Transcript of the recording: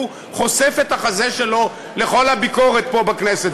הוא חושף את החזה שלו לכל הביקורת פה בכנסת,